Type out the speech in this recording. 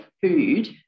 food